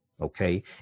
Okay